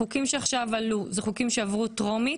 החוקים שעכשיו עלו, אלה חוקים שעברו טרומית?